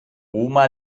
oma